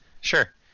sure